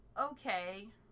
Okay